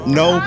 no